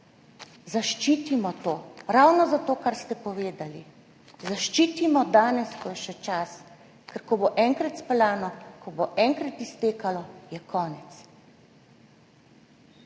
Zaščitimo to, ravno zato, kar ste povedali, zaščitimo danes, ko je še čas. Ko bo enkrat speljano, ko bo enkrat iztekalo, je konec.